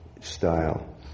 style